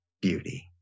beauty